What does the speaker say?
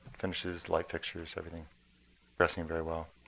finishes, light fixtures, everything progressing very well.